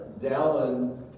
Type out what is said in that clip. Dallin